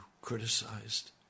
criticized